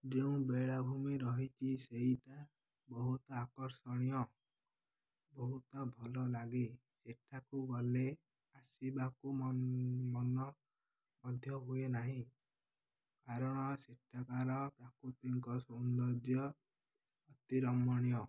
ଯେଉଁ ବେଳାଭୂମି ରହିଛି ସେଇଟା ବହୁତ ଆକର୍ଷଣୀୟ ବହୁତ ଭଲ ଲାଗେ ସେଠାକୁ ଗଲେ ଆସିବାକୁ ମନ ମଧ୍ୟ ହୁଏ ନାହିଁ କାରଣ ସେଠାକାର ପ୍ରାକୃତିକ ସୌନ୍ଦର୍ଯ୍ୟ ଅତିରମଣୀୟ